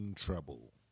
Trouble